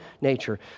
nature